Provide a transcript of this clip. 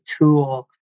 tool